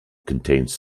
contains